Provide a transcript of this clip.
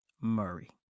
Murray